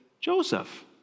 Joseph